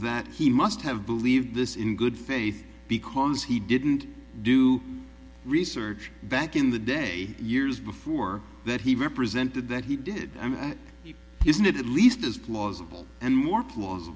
that he must have believed this in good faith because he didn't do research back in the day years before that he represented that he did i mean at isn't it at least as plausible and more pla